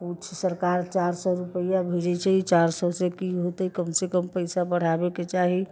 किछु सरकार चारि सए रुपआ भेजैत छै चारि सए से की हौते कमसँ कम पैसा बढ़ाबैके चाही